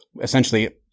essentially